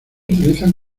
utilizan